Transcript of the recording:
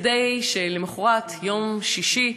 כדי שלמחרת, יום שישי,